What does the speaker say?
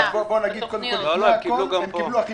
לגבי הסיוע הזה אני רוצה להזכיר שבהתחלה,